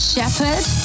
Shepherd